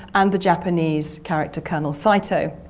and the japanese character, colonel saito.